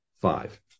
five